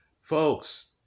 Folks